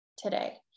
Today